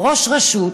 או ראש רשות,